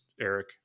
Eric